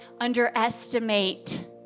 underestimate